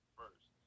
first